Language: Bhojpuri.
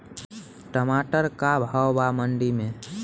टमाटर का भाव बा मंडी मे?